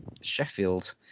Sheffield